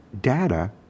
data